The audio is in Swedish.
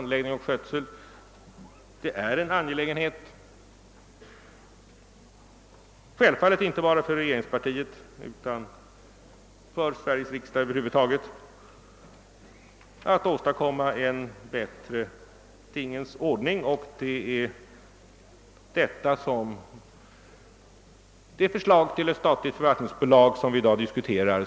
Det är självfallet en angelägenhet inte bara för regeringspartiet, utan för Sveriges riksdag över huvud taget att åstadkomma en bättre tingens ordning, och det är till detta det förslag till ett statligt förvaltningsbolag syftar som vi nu diskuterar.